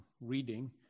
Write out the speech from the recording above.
reading